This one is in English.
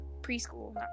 preschool